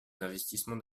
investissements